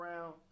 round